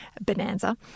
bonanza